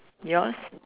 yours